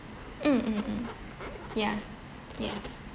mm mm mm yeah yes